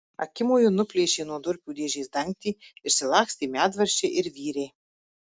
akimoju nuplėšė nuo durpių dėžės dangtį išsilakstė medvaržčiai ir vyriai